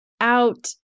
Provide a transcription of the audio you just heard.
out